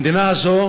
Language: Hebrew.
המדינה הזו